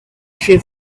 she